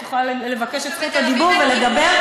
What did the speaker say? את יכולה לבקש את זכות הדיבור ולדבר.